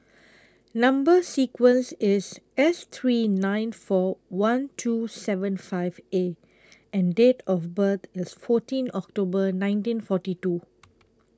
Number sequence IS S three nine four one two seven five A and Date of birth IS fourteen October nineteen forty two